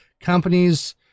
companies